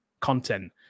content